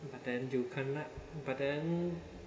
but then you can't lah but then